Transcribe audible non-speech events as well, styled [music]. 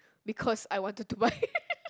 because I wanted to buy [laughs]